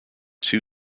two